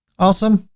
awesome!